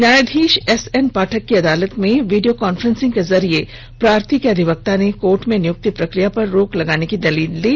न्यायाधीश एसएन पाठक की अदालत में वीडियो कॉन्फ्रेंसिंग के जरिये प्रार्थी के अधिवक्ता ने कोर्ट में नियुक्ति प्रकिया पर रोक लगाने की दलील दी